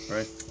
Right